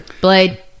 Blade